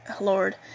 Lord